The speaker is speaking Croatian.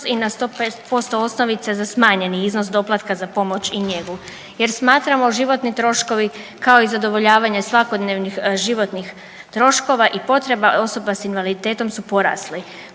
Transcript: i na 100% osnovice za smanjeni iznos doplatka za pomoć i njegu jer smatramo životni troškovi kao i zadovoljavanje svakodnevnih životnih troškova i potreba osoba s invaliditetom su porasli.